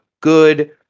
good